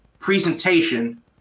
presentation